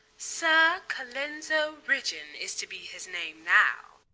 sir colenso ridgeon is to be his name now.